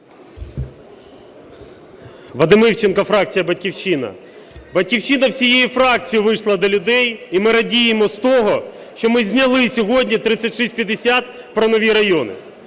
Вадим Івченко, фракція "Батьківщина". "Батьківщина" усією фракцією вийшла до людей, і ми радіємо з того, що ми зняли сьогодні 3650 про нові райони.